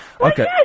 Okay